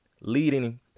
leading